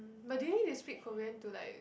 but do you need to speak Korean to like